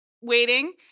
waiting